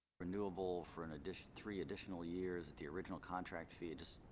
renewable for an addition three additional years the original contract fee just